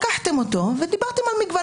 לקחתם אותו ודיברתם על מגוון.